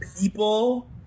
people